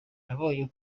nabonye